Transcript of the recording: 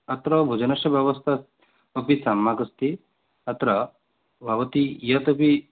अत्र भोजनस्य व्यवस्था अपि सम्यक् अस्ति अत्र भवती यत् अपि